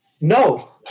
No